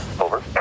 Over